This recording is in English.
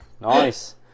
Nice